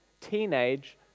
teenage